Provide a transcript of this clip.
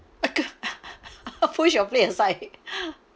push your plate aside